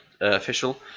official